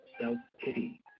self-pity